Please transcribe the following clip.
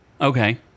okay